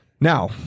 Now